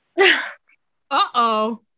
Uh-oh